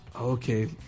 Okay